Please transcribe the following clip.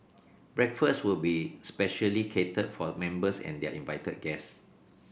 breakfast will be specially catered for members and their invited guest